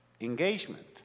engagement